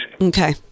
Okay